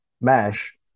mesh